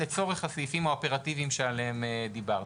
לצורך הסעיפים האופרטיביים שעליהם דיברת?